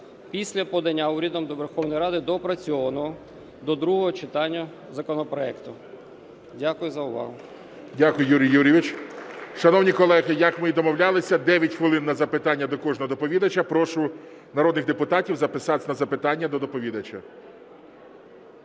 після подання урядом до Верховної Ради доопрацьованого до другого читання законопроекту. Дякую за увагу. ГОЛОВУЮЧИЙ. Дякую, Юрію Юрійовичу. Шановні колеги, як ми й домовлялися, 9 хвилин на запитання до кожного доповідача. Прошу народних депутатів записатися на запитання до доповідача.